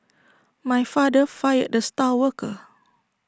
my father fired the star worker